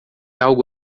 algo